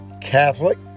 Catholic